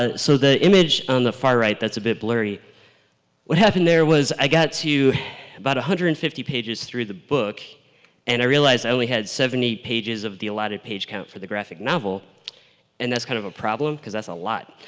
ah so the image on the far right that's a bit blurry what happened there was i got to about one hundred and fifty pages through the book and i realized i only had seventy pages of the allotted page count for the graphic novel and that's kind of a problem because that's a lot.